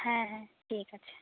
হ্যাঁ হ্যাঁ ঠিক আছে